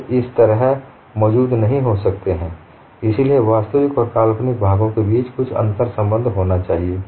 वे इस तरह मौजूद नहीं हो सकते हैं इसलिए वास्तविक और काल्पनिक भागों के बीच कुछ अंतर्संबंध होना चाहिए